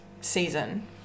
season